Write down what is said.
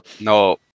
No